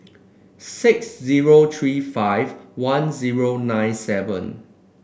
six zero three five one zero nine seven